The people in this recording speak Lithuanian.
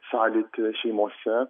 sąlytį šeimose